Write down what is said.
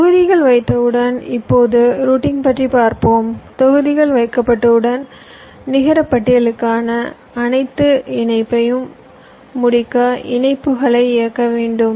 தொகுதிகள் வைத்தவுடன் இப்போது ரூட்டிங் பற்றி பார்ப்போம் தொகுதிகள் வைக்கப்பட்டவுடன் நிகர பட்டியலுக்கான அனைத்து இணைப்பையும் முடிக்க இணைப்புகளை இயக்க வேண்டும்